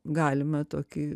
galima tokį